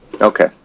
Okay